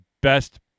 best